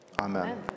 Amen